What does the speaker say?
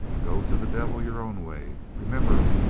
go to the devil your own way. remember,